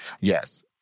Yes